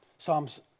Psalms